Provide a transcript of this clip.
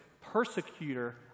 persecutor